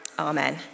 Amen